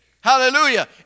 Hallelujah